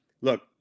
Look